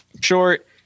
short